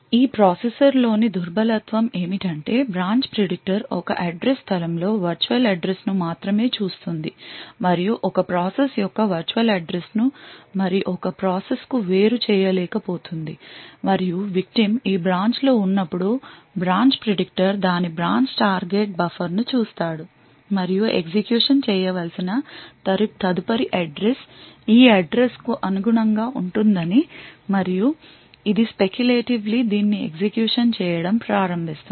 ఈ ప్రాసెసర్లోని దుర్బలత్వం ఏమిటంటే బ్రాంచ్ ప్రిడిక్టర్ ఒక అడ్రస్ స్థలంలో వర్చువల్ అడ్రస్ ను మాత్రమే చూస్తుంది మరియు ఒక ప్రాసెస్ యొక్క వర్చువల్ అడ్రస్ ను మరి ఒక ప్రాసెస్ కు వేరు చేయలేకపోతుంది మరియు విక్టిమ్ ఈ బ్రాంచ్ లో ఉన్నప్పుడు బ్రాంచ్ ప్రిడిక్టర్ దాని బ్రాంచ్ టార్గెట్ బఫర్ను చూస్తాడు మరియు ఎగ్జిక్యూషన్ చేయవలసిన తదుపరి అడ్రస్ ఈ అడ్రస్ కు అనుగుణంగా ఉంటుందని మరియు ఇది స్పెకులేటివ్లీ దీన్ని ఎగ్జిక్యూషన్ చేయడం ప్రారంభిస్తుంది